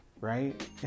right